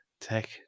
tech